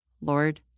Lord